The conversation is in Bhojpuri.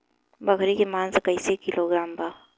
बकरी के मांस कईसे किलोग्राम बा?